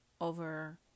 over